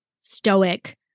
stoic